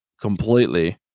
completely